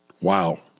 Wow